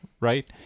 Right